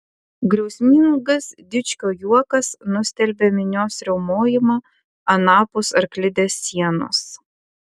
griausmingas dičkio juokas nustelbė minios riaumojimą anapus arklidės sienos